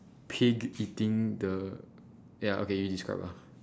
pig eating the ya okay you describe lah